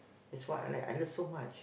that's why I like I like so much